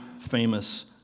famous